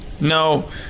No